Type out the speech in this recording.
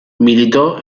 militó